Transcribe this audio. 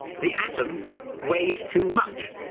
the atom weighs too much.